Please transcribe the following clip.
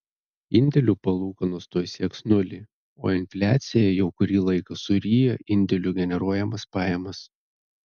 indėlių palūkanos tuoj sieks nulį o infliacija jau kurį laiką suryja indėlių generuojamas pajamas